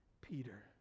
peter